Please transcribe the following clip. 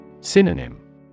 Synonym